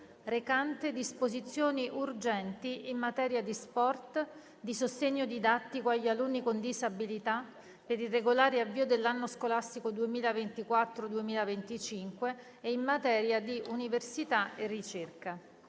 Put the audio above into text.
recante disposizioni urgenti in materia di sport, di sostegno didattico agli alunni con disabilità, per il regolare avvio dell'anno scolastico 2024/2025 e in materia di università e ricerca»